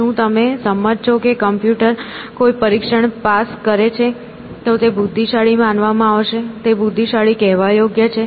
શું તમે સંમત છો કે જો કમ્પ્યુટર કોઈ પરીક્ષણ પાસ કરે છે તો તે બુદ્ધિશાળી માનવામાં આવશે તે બુદ્ધિશાળી કહેવા યોગ્ય છે